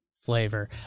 flavor